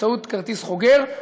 באמצעות כרטיס חוגר.